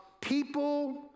people